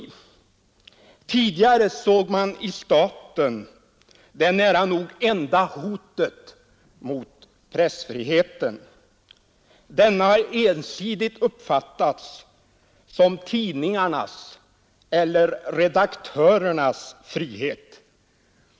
Tidigare såg man i staten det nära nog enda hotet mot pressfriheten. Denna har ensidigt uppfattats som tidningarnas eller redaktörernas frihet.